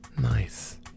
Nice